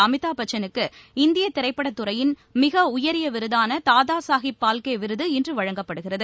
அமிதாப் பச்சனுக்கு இந்திய திரைப்பட துறையின் மிக உயரிய விருதான தாதா சாகேப் பால்கே விருது இன்று வழங்கப்படுகிறது